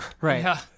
Right